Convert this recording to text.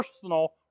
personal